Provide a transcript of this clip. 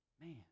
Man